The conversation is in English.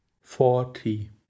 forty